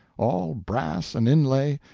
all brass and inlay,